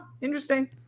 interesting